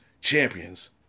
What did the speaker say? champions